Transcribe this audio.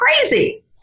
crazy